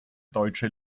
deutsche